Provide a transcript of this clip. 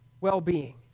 well-being